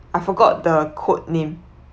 I forgot the code name